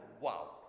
wow